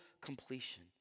completion